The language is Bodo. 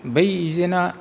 बै एजेन्ट आ